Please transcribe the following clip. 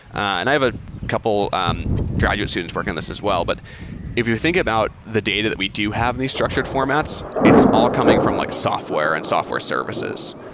and i have a couple um graduate students working this as well. but if you're thinking about the data that we do have in these structured formats, it's all coming from like software and software services.